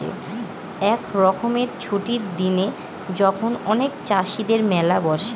এক রকমের ছুটির দিনে যখন অনেক চাষীদের মেলা বসে